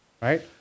right